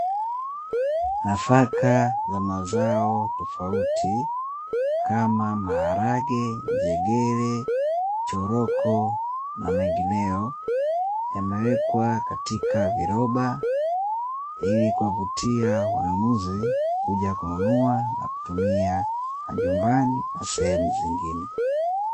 Nafaka za mazao tofauti kama maharage, njegere, choroko na mengineyo yamewekwa katika viroba ili kuwavutia wanunuzi kuja kununua na kutumia majumbani na sehemu zingine.